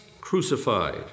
crucified